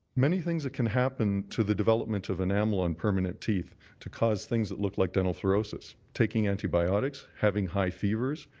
many things that can happen to the development of enamel on permanent teeth to cause things that look like dental fluorosis, taking antibiotics, having high fevers,